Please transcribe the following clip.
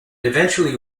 eventually